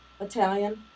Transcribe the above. Italian